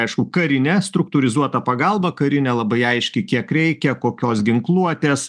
aišku karinė struktūrizuota pagalba karinė labai aiški kiek reikia kokios ginkluotės